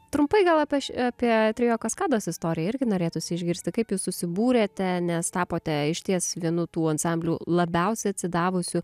trumpai gal apie š apie trio kaskados istoriją irgi norėtųsi išgirsti kaip jūs susibūrėte nes tapote išties vienu tų ansamblių labiausiai atsidavusių